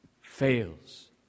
fails